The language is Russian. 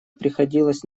приходилось